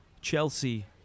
Chelsea